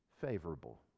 favorable